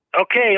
Okay